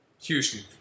Houston